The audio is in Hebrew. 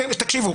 תקשיבו,